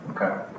Okay